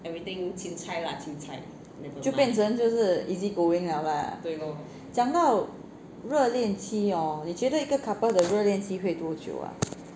就变成就是 easy going liao lah 讲到热恋期 hor 你觉得一个 couple 的热恋期会多久 ah